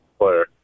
player